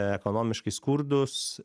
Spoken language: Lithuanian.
ekonomiškai skurdūs